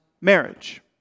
marriage